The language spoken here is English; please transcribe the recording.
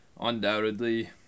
Undoubtedly